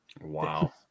Wow